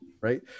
Right